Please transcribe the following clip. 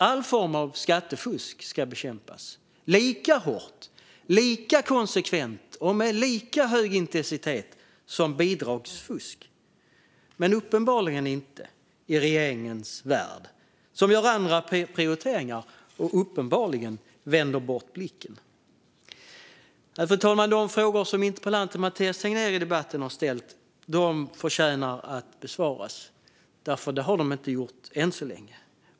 Alla former av skattefusk ska bekämpas lika hårt, lika konsekvent och med lika hög intensitet som bidragsfusk. Men så är det uppenbarligen inte i regeringens värld. Man gör andra prioriteringar och vänder uppenbarligen bort blicken. Fru talman! De frågor som interpellanten Mathias Tegnér har ställt i debatten förtjänar att besvaras; det har inte skett än så länge.